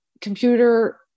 computer